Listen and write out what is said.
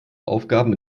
aufgaben